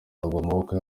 amaboko